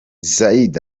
zeid